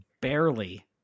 barely